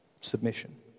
Submission